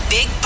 Big